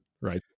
right